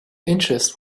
interest